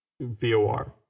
VOR